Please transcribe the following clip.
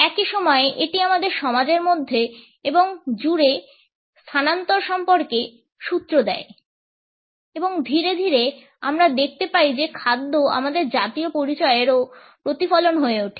একই সময়ে এটি আমাদের সমাজের মধ্যে এবং জুড়ে স্থানান্তর সম্পর্কে সূত্র দেয় এবং ধীরে ধীরে আমরা দেখতে পাই যে খাদ্য আমাদের জাতীয় পরিচয়েরও প্রতিফলন হয়ে ওঠে